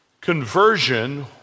conversion